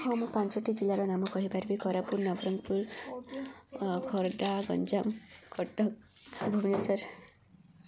ହଁ ମୁଁ ପାଞ୍ଚଟି ଜିଲ୍ଲାର ନାମ କହିପାରିବି କୋରାପୁଟ ନବରଙ୍ଗପୁର ଖୋର୍ଦ୍ଧା ଗଞ୍ଜାମ କଟକ ଭୁବନେଶ୍ୱର